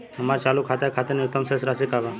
हमार चालू खाता के खातिर न्यूनतम शेष राशि का बा?